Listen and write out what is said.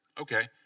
okay